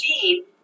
team